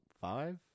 five